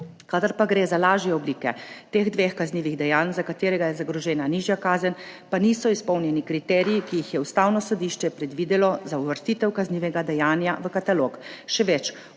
Kadar pa gre za lažje oblike teh dveh kaznivih dejanj, za kateri je zagrožena nižja kazen, pa niso izpolnjeni kriteriji, ki jih je Ustavno sodišče predvidelo za uvrstitev kaznivega dejanja v katalog.